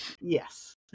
Yes